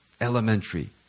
elementary